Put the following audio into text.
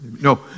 No